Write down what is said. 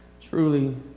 truly